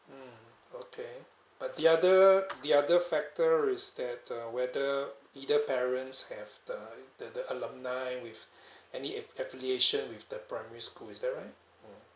mm okay but the other the other factor is that the whether either parents have the the the alumni with any if affiliation with the primary school is that right